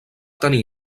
tenir